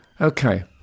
Okay